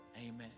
Amen